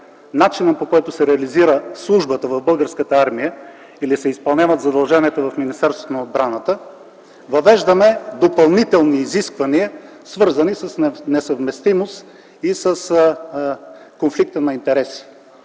начина, по който се реализира службата в Българската армия или се изпълняват задълженията в Министерството на отбраната, въвеждаме допълнителни изисквания, свързани с несъвместимост и с конфликта на интереси.